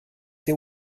they